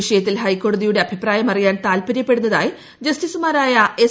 വിഷയത്തിൽ ഹൈക്കോടതിയുടെ അഭിപ്രായം അറിയാൻ താൽപര്യപ്പെടുന്നതായി ജസ്റ്റിസുമാരായ എസ്